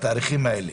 בתאריכים האלה,